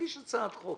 נגיש הצעת חוק.